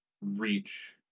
reach